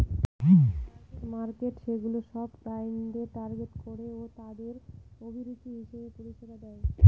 target markets সেগুলা সব ক্লায়েন্টদের টার্গেট করে আরতাদের অভিরুচি হিসেবে পরিষেবা দেয়